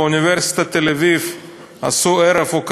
בבקשה, אדוני השר.